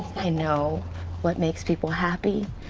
i know what makes people happy,